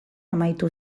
amaitu